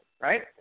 Right